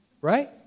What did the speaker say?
Right